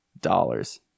Dollars